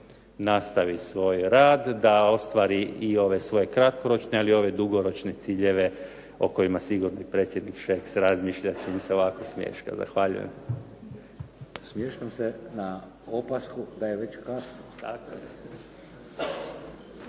nastavi svoj rad, da ostvari i ove svoje kratkoročne ali i ove dugoročne ciljeve o kojima sigurno i predsjednik Šeks razmišlja čim se ovako smješka. Zahvaljujem. **Šeks, Vladimir (HDZ)** Smješkam se na opasku da je već kasno. Gospodin